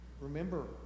Remember